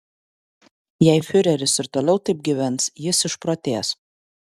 jei fiureris ir toliau taip gyvens jis išprotės